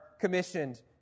commissioned